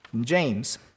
James